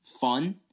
fun